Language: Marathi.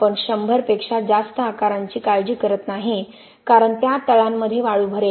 आपण 100 पेक्षा जास्त आकारांची काळजी करत नाही कारण त्या तळांमध्ये वाळू भरेल